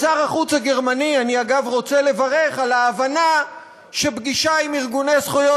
את שר החוץ הגרמני אני רוצה לברך על ההבנה שפגישה עם ארגוני זכויות